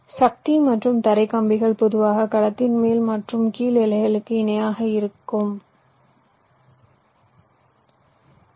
சக்தி மற்றும் தரை கம்பிகள் பொதுவாக கலத்தின் மேல் மற்றும் கீழ் எல்லைகளுக்கு இணையாக இயங்கும்